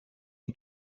une